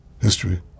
history